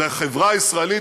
בחברה הישראלית,